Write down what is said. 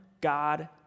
God